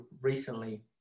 recently